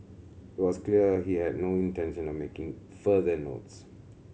it was clear he had no intention of making further notes